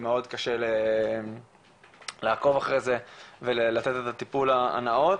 ומאוד קשה לעקוב אחרי זה ולתת לזה את הטיפול הנאות.